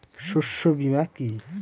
শস্য বীমা কি?